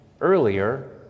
earlier